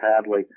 Hadley